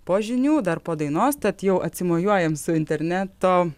po žinių dar po dainos tad jau atsimojuojam su interneto